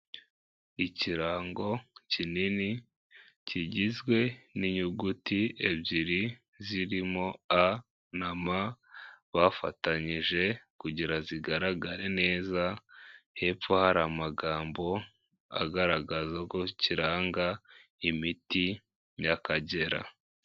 Ikirango kinini kigizwe n'inyuguti ebyiri zirimo a na ma bafatanyije kugira zigaragare neza, hepfo hari amagambo agaragaza ko kiranga imiti y'akagera.